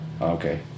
Okay